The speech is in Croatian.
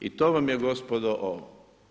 I to vam je gospodo ovo.